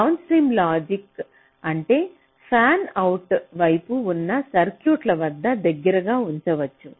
downstream logic అంటే fan out వైపు ఉన్న సర్క్యూట్ల వద్ద దగ్గరగా ఉంచవచ్చు